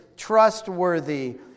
trustworthy